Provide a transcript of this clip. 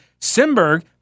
Simberg